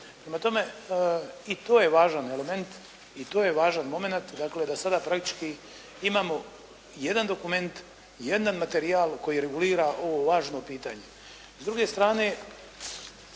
Prema tome i to je važan element i to je važan momenat dakle da sada praktički imamo jedan dokument, jedan materijal koji regulira ovo važno pitanje.